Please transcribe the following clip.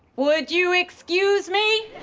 would you excuse me?